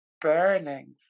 Burning